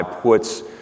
puts